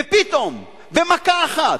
ופתאום, במכה אחת,